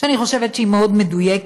שאני חושבת שהיא מאוד מדויקת,